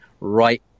right